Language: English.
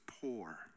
poor